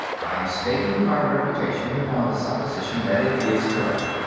i am staking my reputation upon the supposition that it is correct.